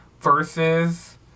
versus